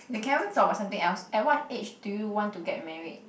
can we talk about something else at what age do you want to get married